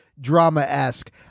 drama-esque